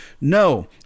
No